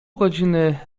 godziny